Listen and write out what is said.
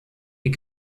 die